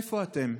איפה אתם?